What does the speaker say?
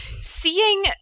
seeing